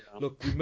look